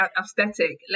aesthetic